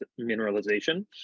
mineralization